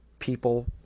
People